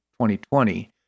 2020